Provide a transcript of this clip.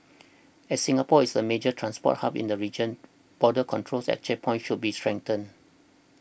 as Singapore is a major transport hub in the region border control at checkpoints should be strengthened